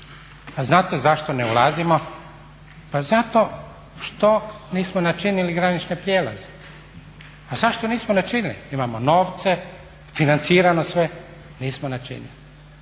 A znate zašto ne ulazimo? Pa zato što nismo načinili granične prijelaze. A zašto nismo načinili? Imamo novce, financirano sve, nismo načinili.